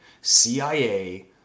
CIA